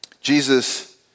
Jesus